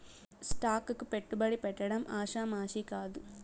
stock కు పెట్టుబడి పెట్టడం ఆషామాషీ కాదు